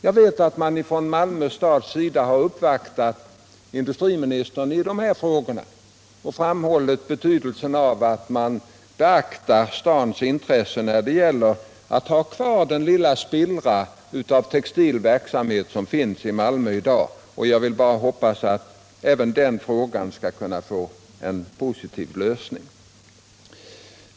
Jag vet att Malmö stad har uppvaktat industriministern i dessa frågor och att man har framhållit betydelsen av att stadens intressen beaktas när det gäller att få behålla den lilla spillra av textil verksamhet som fortfarande finns i Malmö. Jag kan bara hoppas att även det problemet skall få en positiv lösning.